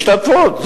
השתתפות.